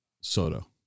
Soto